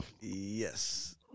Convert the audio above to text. Yes